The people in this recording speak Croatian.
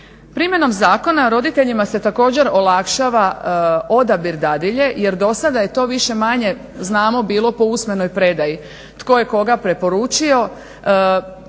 Primjenom zakona roditeljima se također olakšava odabir dadilje jer do sada je to više-manje bilo po usmenoj predaji, tko je koga preporučio,